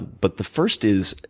but the first is,